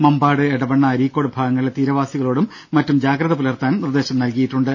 മമ്പാട് എടവണ്ണ അരീക്കോട് ഭാഗങ്ങളിലെ തീരവാസികളോടും മറ്റും ജാഗ്രത പുലർത്താനും നിർദ്ദേശം നൽകിയിട്ടുണ്ട്